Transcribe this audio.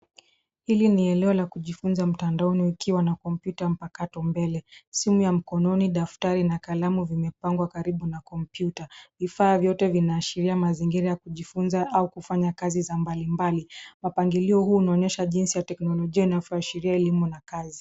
Hili ni eneo la kujifunza mtandaoni ukiwa na kompyuta mpakato mbele. Simu ya mkononi, daftari na kalamu vimepangwa karibu na kompyuta. Vifaa nyote vinaasharia mazingira ya kujifunza au kufanya kazi za mbali mbali. Mapangilio huu unaonyesha jinsi ya teknologia inavyoashira elimu na kazi.